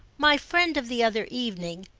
my friend of the other evening,